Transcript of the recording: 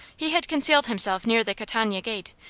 he had concealed himself near the catania gate,